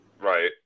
Right